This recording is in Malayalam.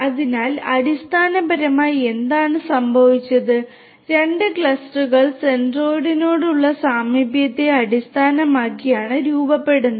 അതിനാൽ അടിസ്ഥാനപരമായി എന്താണ് സംഭവിച്ചത് രണ്ട് ക്ലസ്റ്ററുകൾ സെന്റ്രോയിഡിനോടുള്ള സാമീപ്യത്തെ അടിസ്ഥാനമാക്കിയാണ് രൂപപ്പെടുന്നത്